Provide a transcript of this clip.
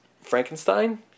Frankenstein